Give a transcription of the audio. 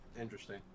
Interesting